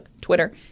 twitter